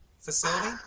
facility